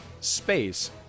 space